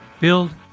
Build